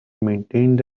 maintained